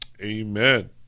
Amen